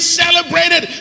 celebrated